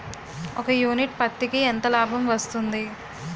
ఒక యూనిట్ పత్తికి ఎంత లాభం వస్తుంది?